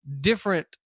different